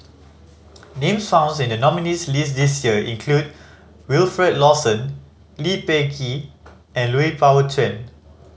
names founds in the nominees' list this year include Wilfed Lawson Lee Peh Gee and Lui Pao Chuen